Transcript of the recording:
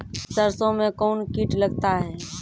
सरसों मे कौन कीट लगता हैं?